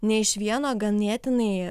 ne iš vieno ganėtinai